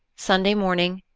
sunday morning,